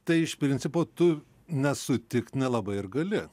tai iš principo tu nesutikt nelabai ir gali